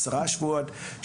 עשרה שבועות,